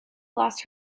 lost